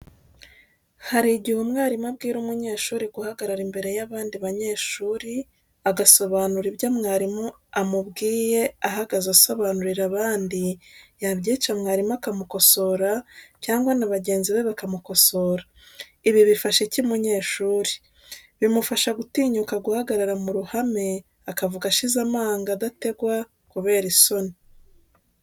Hari igihe umwarimu abwira umunyeshuri guhagarara imbere y'abandi banyeshuri agasobanura ibyo mwarimu amubwiye ahagaze asobanurira abandi, yabyica mwarimu akamukosora cyangwa n'abagenzi be bakamukosora. Ibi bifasha iki umunyeshuri, bimufasha gutinyuka guhagarara muruhame akavuga ashize amanga adategwa kubera isoni.